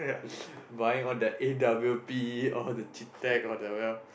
buying all the a_w_p all the g-tech all the